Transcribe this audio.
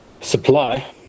supply